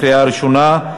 לקריאה ראשונה.